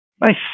Nice